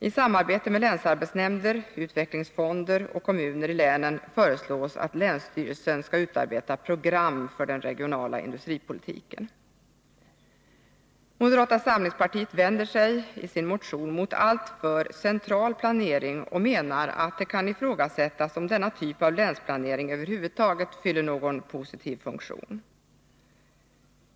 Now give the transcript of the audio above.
I samarbete med länsarbetsnämnden, utvecklingsfonder och kommuner i länen föreslås att länsstyrelsen skall utarbeta program för den regionala industripolitiken. Moderata samlingspartiet vänder sig i sin motion mot alltför central planering och menar att det kan ifrågasättas om denna typ av länsplanering över huvud taget fyller någon positiv funktion.